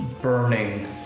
burning